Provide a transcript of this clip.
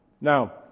Now